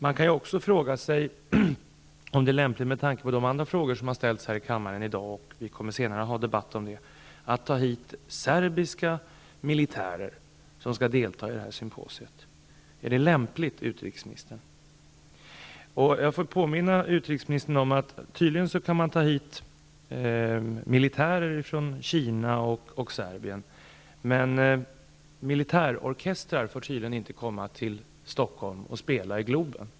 Man kan också fråga sig om det är lämpligt med tanke på de förhållanden som vi kommer att få en debatt om senare i kväll att bjuda hit serbiska militärer att delta i detta symposium. Är det lämpligt, utrikesministern? Tydligen kan man ta hit militärer från Kina och Serbien, men militärorkestrar får inte komma till Stockholm och spela i Globen.